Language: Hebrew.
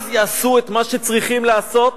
ואז יעשו את מה שצריכים לעשות.